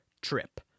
trip